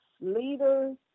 leaders